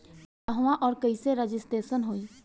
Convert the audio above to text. कहवा और कईसे रजिटेशन होई?